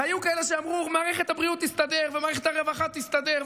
והיו כאלה שאמרו: מערכת הבריאות תסתדר ומערכת הרווחה תסתדר,